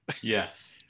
Yes